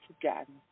forgotten